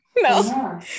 no